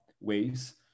ways